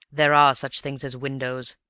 there are such things as windows,